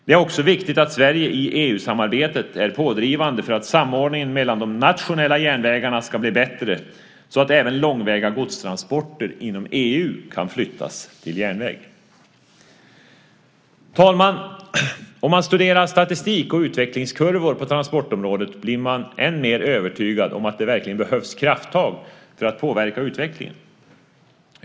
Det är också viktigt att Sverige i EU-samarbetet är pådrivande för en bättre samordning mellan de nationella järnvägarna så att även långväga godstransporter inom EU kan flyttas över till järnväg. Fru talman! Om man studerar statistik och utvecklingskurvor på transportområdet blir man ännu mer övertygad om att det verkligen behövs krafttag för att påverka utvecklingen.